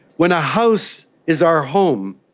when a house is our home,